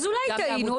אז אולי טעינו,